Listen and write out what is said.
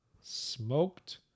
smoked